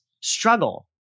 struggle